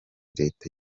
leta